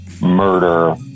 murder